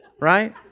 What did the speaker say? right